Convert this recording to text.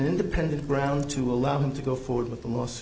independent ground to allow him to go forward with the most